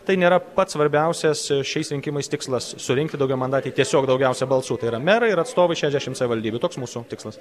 tai nėra pats svarbiausias šiais rinkimais tikslas surinkti daugiamandatėje tiesiog daugiausiai balsų tai yra merą ir atstovų šešiasdešimt savivaldybių toks mūsų tikslas